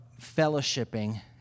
fellowshipping